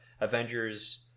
Avengers